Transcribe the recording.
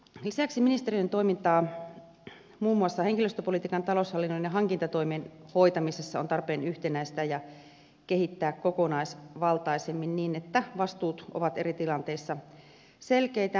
lisäksi ministeriöiden toimintaa muun muassa henkilöstöpolitiikan taloushallinnon ja hankintatoimen hoitamisessa on tarpeen yhtenäistää ja kehittää kokonaisvaltaisemmin niin että vastuut ovat eri tilanteissa selkeitä